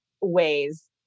ways